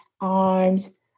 arms